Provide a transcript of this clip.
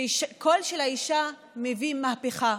שהקול של האישה מביא מהפכה,